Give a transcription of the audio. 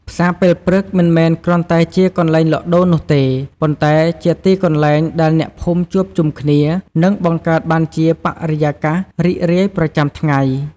ផ្សារពេលព្រឹកមិនមែនគ្រាន់តែជាកន្លែងលក់ដូរនោះទេ ប៉ុន្តែជាទីកន្លែងដែលអ្នកភូមិជួបជុំគ្នា និងបង្កើតបានជាបរិយាកាសរីករាយប្រចាំថ្ងៃ។